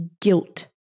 guilt